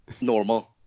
normal